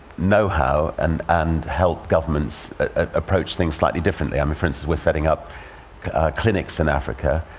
know-how and and help governments approach things slightly differently. um for instance, we're setting up clinics in africa